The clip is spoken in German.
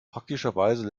praktischerweise